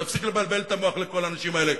ולהפסיק לבלבל את המוח לכל האנשים האלה.